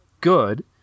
good